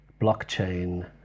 blockchain